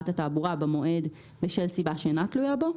תעבורה במועד בשל סיבה שאינה תלויה בו.